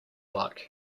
luck